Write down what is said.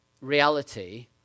reality